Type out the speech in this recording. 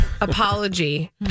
apology